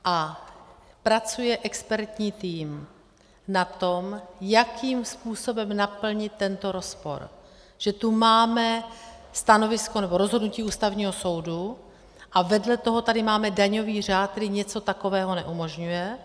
A pracuje expertní tým na tom, jakým způsobem naplnit tento rozpor, že tu máme stanovisko, nebo rozhodnutí Ústavního soudu a vedle toho máme daňový řád, který něco takového neumožňuje.